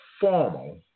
formal